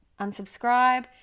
unsubscribe